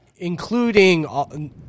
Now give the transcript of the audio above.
including